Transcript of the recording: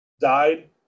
died